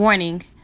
Warning